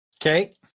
Okay